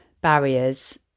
barriers